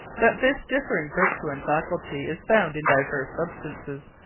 that this differing vertue, and faculty, is found in divers substances,